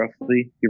roughly